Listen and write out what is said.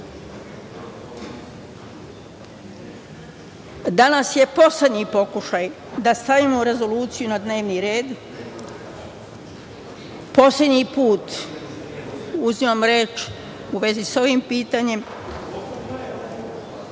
je poslednji pokušaj da stavimo rezoluciju na dnevni red, poslednji put uzimam reč u vezi sa ovim pitanjem.